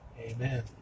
Amen